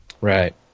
Right